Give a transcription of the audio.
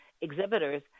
exhibitors